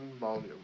volume